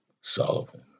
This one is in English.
Sullivan